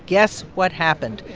guess what happened?